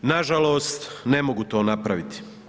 Nažalost, ne mogu to napraviti.